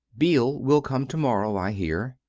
beale will come to-morrow, i hear.